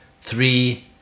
Three